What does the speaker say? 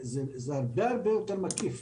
זה הרבה יותר מקיף,